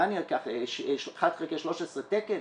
אני אקח 1/13 תקן?